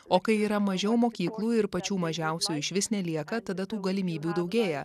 o kai yra mažiau mokyklų ir pačių mažiausių išvis nelieka tada tų galimybių daugėja